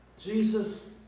Jesus